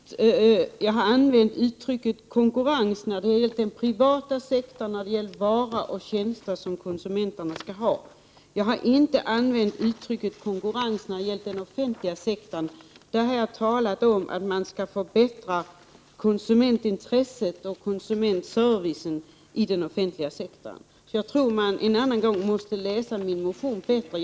Herr talman! Jag har använt uttrycket ”konkurrens” när det gällt den privata sektorn och när det gällt varor och tjänster som konsumenterna skall ha. Jag har däremot inte använt detta uttryck när det gällt den offentliga sektorn. Där har jag talat om att man skall förbättra konsumentintresset och konsumentservicen i den offentliga sektorn. — Jag tror att man en annan gång bör läsa min motion bättre.